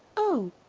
oh,